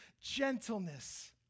gentleness